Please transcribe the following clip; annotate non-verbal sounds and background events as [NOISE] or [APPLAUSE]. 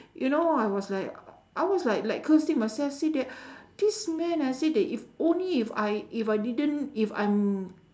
you know I was like I was like like cursing myself say that [BREATH] this man I say that if only if I if I didn't if I'm